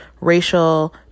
racial